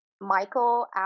Michael